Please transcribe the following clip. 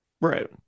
Right